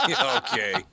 Okay